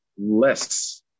less